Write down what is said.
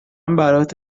برات